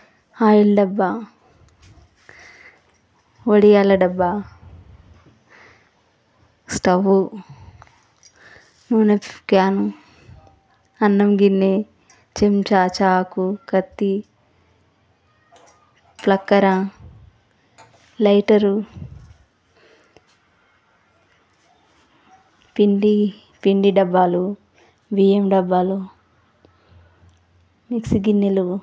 oil డబ్బా ఒడియాల డబ్బా స్టవ్ నూనె క్యాను అన్నం గిన్నె చెంచా చాకు కత్తి ప్లక్కర లైటరూ పిండి పిండి డబ్బాలు బియ్యం డబ్బాలు మిక్సీ గిన్నెలు